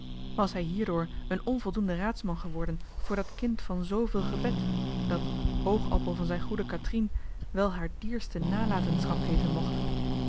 was hij hierdoor een onvoldoende raadsman geworden voor dat kind van zveel gebed dat oogappel van zijne goede kathrien wel haar dierste nalatenschap heeten mocht